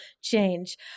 change